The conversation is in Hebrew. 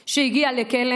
שהגיעה לכלא,